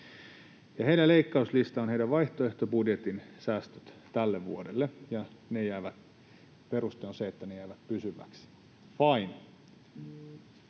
heidän leikkauslistansa on heidän vaihtoehtobudjettinsa säästöt tälle vuodelle, ja peruste on se, että ne jäävät pysyviksi. Fine,